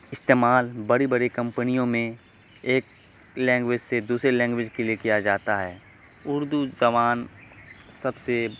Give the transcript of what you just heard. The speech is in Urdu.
استعمال بڑی بڑی کمپنیوں میں ایک لینگویج سے دوسرے لینگویج کے لیے کیا جاتا ہے اردو زبان سب سے